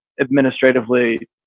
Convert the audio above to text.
administratively